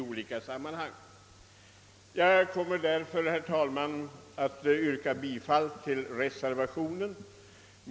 Jag kommer därför, herr talman, att yrka bifall till reservationen.